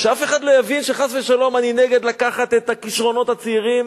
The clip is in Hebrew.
ושאף אחד לא יבין שחס ושלום אני נגד לקחת את הכשרונות הצעירים.